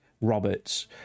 Roberts